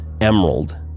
emerald